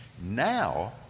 Now